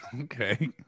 Okay